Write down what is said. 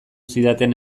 zidaten